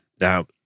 Now